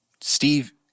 Steve